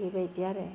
बेबायदि आरो